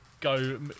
go